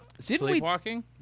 Sleepwalking